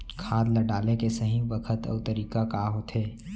खाद ल डाले के सही बखत अऊ तरीका का होथे?